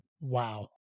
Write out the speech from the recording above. wow